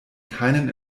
keinen